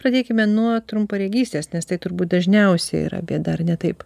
pradėkime nuo trumparegystės nes tai turbūt dažniausia yra bėda ar ne taip